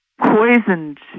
poisoned